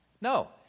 No